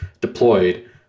deployed